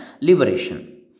liberation